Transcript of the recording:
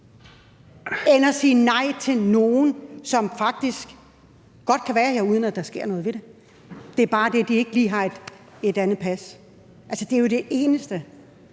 end sige nej til nogle, som faktisk godt kan være her, uden at der sker noget ved det. Det er bare det, at de ikke lige har et andet pas. Altså, det er jo det eneste,